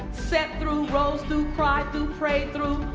set through, rose through, cried through, prayed through,